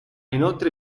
inoltre